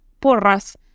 Porras